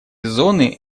зоны